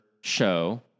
show